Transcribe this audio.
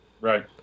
Right